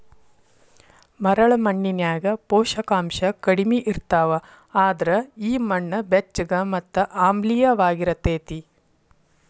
ಮರಳ ಮಣ್ಣಿನ್ಯಾಗ ಪೋಷಕಾಂಶ ಕಡಿಮಿ ಇರ್ತಾವ, ಅದ್ರ ಈ ಮಣ್ಣ ಬೆಚ್ಚಗ ಮತ್ತ ಆಮ್ಲಿಯವಾಗಿರತೇತಿ